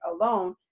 alone